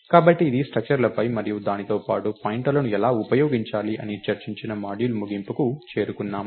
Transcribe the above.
కాబట్టి ఇది స్ట్రక్టర్ లపై మరియు దానితో పాటు పాయింటర్లను ఎలా ఉపయోగించాలి అని చర్చించిన మాడ్యూల్ ముగింపుకు చేరుకున్నాము